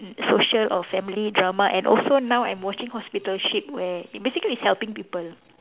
social or family drama and also now I'm watching hospital ship where basically is helping people